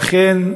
ואכן,